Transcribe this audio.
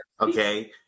okay